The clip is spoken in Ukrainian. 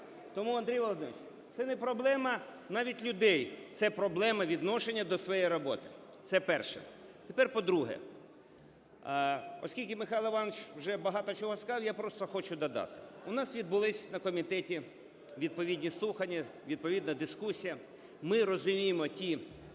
Тому, Андрій Володимирович, це не проблема навіть людей, це проблема відношення до своєї роботи, це перше. Тепер, по-друге, оскільки Михайло Іванович вже багато чого сказав, я просто хочу додати. У нас відбулися на комітеті відповідні слухання, відповідна дискусія. Ми розуміємо ті